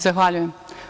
Zahvaljujem.